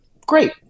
great